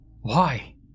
Why